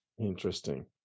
Interesting